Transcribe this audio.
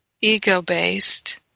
ego-based